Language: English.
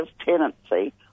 tenancy